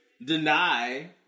deny